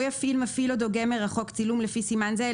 מפוקחת מרחוק 14ג. לא יפעיל מפעיל או דוגם מרחוק צילום לפי סימן זה,